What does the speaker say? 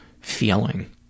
feeling